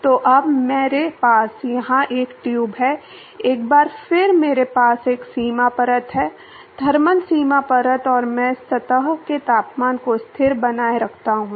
तो अब मेरे पास यहाँ एक ट्यूब है एक बार फिर मेरे पास एक सीमा परत है थर्मल सीमा परत और मैं सतह के तापमान को स्थिर बनाए रखता हूं